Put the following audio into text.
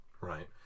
Right